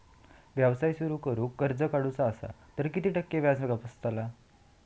व्यवसाय सुरु करूक कर्ज काढूचा असा तर किती टक्के व्याज बसतला?